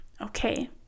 okay